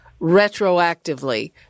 retroactively